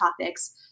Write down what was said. topics